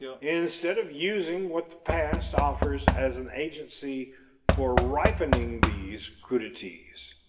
instead of using what the past offers as an agency for ripening these crudities.